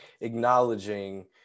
acknowledging